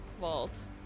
vault